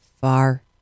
far